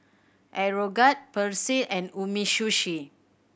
Aeroguard Persil and Umisushi